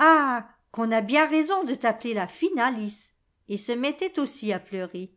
ah qu'on a bien raison de t'appeler la fine alice et se mettait aussi à pleurer